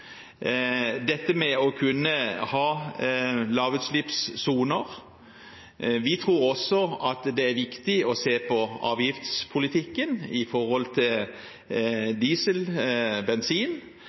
å kunne ha lavutslippssoner. Vi tror også det er viktig å se på avgiftspolitikken for diesel og bensin